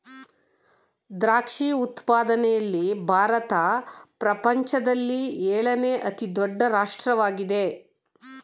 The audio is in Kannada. ದ್ರಾಕ್ಷಿ ಉತ್ಪಾದನೆಯಲ್ಲಿ ಭಾರತ ಪ್ರಪಂಚದಲ್ಲಿ ಏಳನೇ ಅತಿ ದೊಡ್ಡ ರಾಷ್ಟ್ರವಾಗಿದೆ